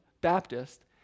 Baptist